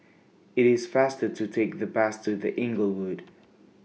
IT IS faster to Take The Bus to The Inglewood